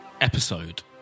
episode